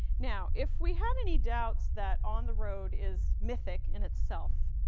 now, if we have any doubts that on the road is mythic in itself,